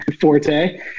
forte